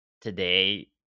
today